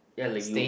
ya like you